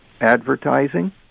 Advertising